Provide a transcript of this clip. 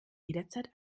jederzeit